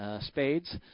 Spades